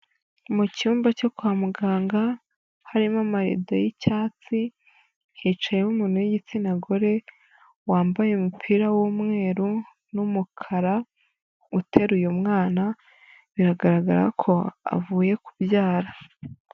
Mu cyumba cyo kwa muganga, harimo amarido y'icyatsi, hicayeho umuntu w'igitsina gore, wambaye umupira w'umweru n'umukara, uteruye mwana, biragaragara ko, avuye kubyara.